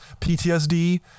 PTSD